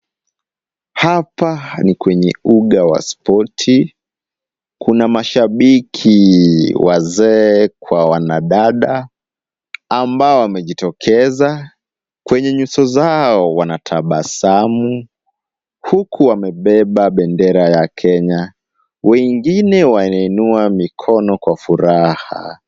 Hapa ni kwenye uga wa sport . Kuna mashabiki wazee kwa wanadada, ambao wamejitokeza. Kwenye nyuso zao wanatabasamu, huku wamebeba bendera ya Kenya. Wengine wanainua mikono kwa furaha.